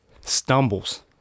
stumbles